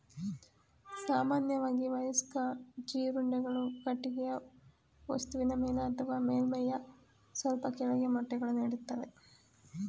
ಸಾಮಾನ್ಯವಾಗಿ ವಯಸ್ಕ ಜೀರುಂಡೆಗಳು ಕಟ್ಟಿಗೆಯ ವಸ್ತುವಿನ ಮೇಲೆ ಅಥವಾ ಮೇಲ್ಮೈಯ ಸ್ವಲ್ಪ ಕೆಳಗೆ ಮೊಟ್ಟೆಗಳನ್ನು ಇಡ್ತವೆ